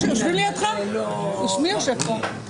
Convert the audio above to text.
נקבע גם שהפקיעה לא תשחרר את הכסף עד עוד ארבע שנים.